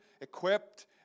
equipped